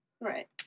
Right